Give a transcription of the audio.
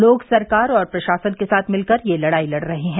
लोग सरकार और प्रशासन के साथ मिलकर यह लड़ाई लड़ रहे हैं